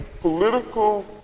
political